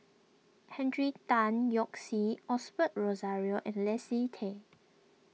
Henry Tan Yoke See Osbert Rozario and Leslie Tay